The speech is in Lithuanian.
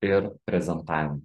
ir prezentavimo